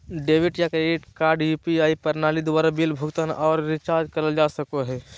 debit या credit card UPI प्रणाली द्वारा बिल भुगतान आर रिचार्ज करल जा सको हय